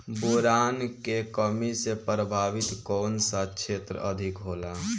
Boron के कमी से प्रभावित कौन सा क्षेत्र अधिक होला?